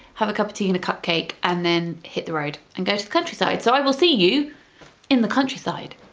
have a cup of tea and a cupcake and then hit the road and go to the countryside, so i will see you in the countryside,